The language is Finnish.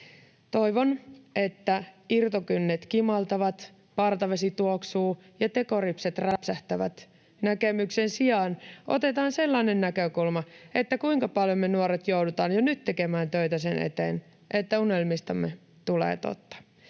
Toivon, että ’irtokynnet kimaltavat, partavesi tuoksuu ja tekoripsit räpsähtävät’ ‑näkemyksen sijaan otetaan näkökulma siitä, kuinka paljon me nuoret joudutaan jo nyt tekemään töitä sen eteen, että unelmistamme tulee totta.